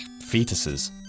fetuses